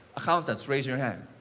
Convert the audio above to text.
accountants, raise your hand.